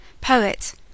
poet